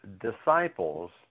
disciples